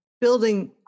building